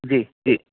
जी जी